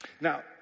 Now